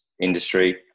industry